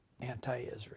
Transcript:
anti-Israel